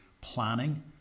planning